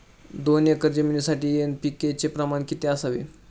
दोन एकर जमीनीसाठी एन.पी.के चे प्रमाण किती असावे?